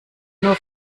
nur